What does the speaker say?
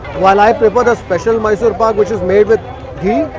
while i prefer the special mysore pak which is made with ghee.